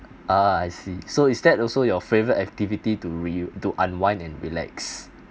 ah I see so is that also your favorite activity to you to unwind and relax